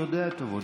אני יודע את עבודתי.